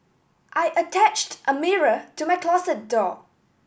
I attached a mirror to my closet door